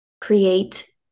create